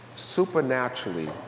supernaturally